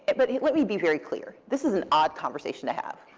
but let me be very clear. this is an odd conversation to have.